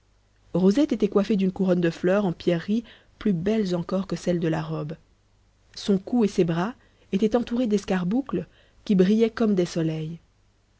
rosette était coiffée d'une couronne de fleurs en pierreries plus belles encore que celles de la robe son cou et ses bras étaient entourés d'escarboucles qui brillaient comme des soleils